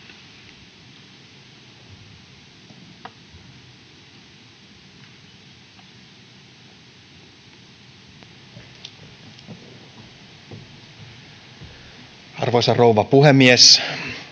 arvoisa rouva puhemies